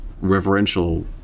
reverential